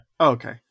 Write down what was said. Okay